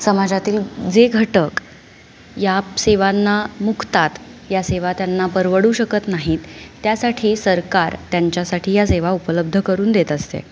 समाजातील जे घटक या सेवांना मुकतात या सेवा त्यांना परवडू शकत नाहीत त्यासाठी सरकार त्यांच्यासाठी या सेवा उपलब्ध करून देत असते